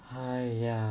!haiya!